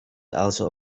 also